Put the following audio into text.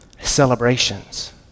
celebrations